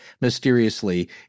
mysteriously